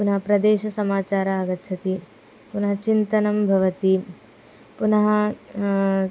पुनः प्रदेशसमाचार आगच्छति पुनः चिन्तनं भवति पुनः